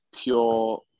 pure